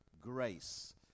grace